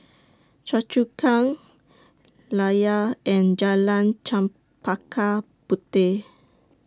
Choa Chu Kang Layar and Jalan Chempaka Puteh